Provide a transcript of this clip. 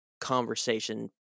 conversation